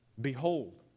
behold